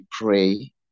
pray